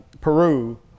Peru